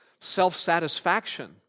self-satisfaction